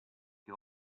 che